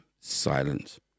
silence